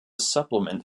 supplement